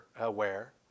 aware